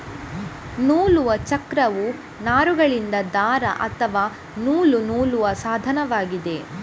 ನೂಲುವ ಚಕ್ರವು ನಾರುಗಳಿಂದ ದಾರ ಅಥವಾ ನೂಲು ನೂಲುವ ಸಾಧನವಾಗಿದೆ